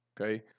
Okay